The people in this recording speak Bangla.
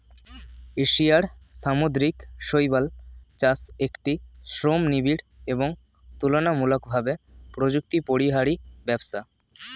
এশিয়ার সামুদ্রিক শৈবাল চাষ একটি শ্রমনিবিড় এবং তুলনামূলকভাবে প্রযুক্তিপরিহারী ব্যবসা